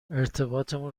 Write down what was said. ارتباطمون